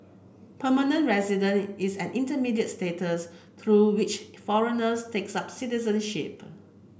permanent resident is an intermediate status through which foreigners takes up citizenship